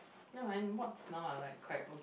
never mind what is now are like quite okay